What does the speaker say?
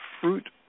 fruit